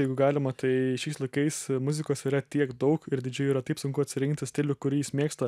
jeigu galima tai šiais laikais muzikos yra tiek daug ir didžėjui yra taip sunku atsirinkti stilių kurį jis mėgsta